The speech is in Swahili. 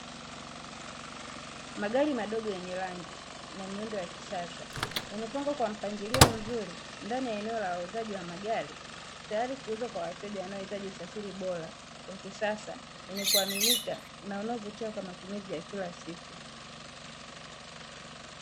Magari madogo yenye rangi na miundo ya kisasa, yamepangwa kwa mpangilio mzuri ndani ya eneo la wa wauzaji wa magari, tayari kuuzwa kwa wateja wanaohitaji usafiri bora, wa kisasa, wenye kuaminika na unaovutia kwa matumizi ya kila siku.